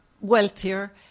wealthier